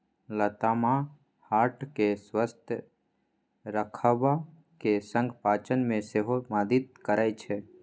लताम हार्ट केँ स्वस्थ रखबाक संग पाचन मे सेहो मदति करय छै